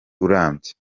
urambye